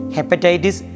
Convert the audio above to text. Hepatitis